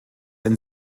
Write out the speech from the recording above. ein